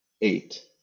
eight